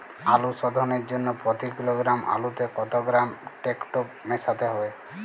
আলু শোধনের জন্য প্রতি কিলোগ্রাম আলুতে কত গ্রাম টেকটো মেশাতে হবে?